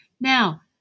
Now